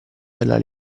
della